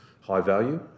high-value